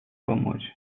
помочь